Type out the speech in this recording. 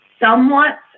somewhat